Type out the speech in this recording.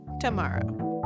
Tomorrow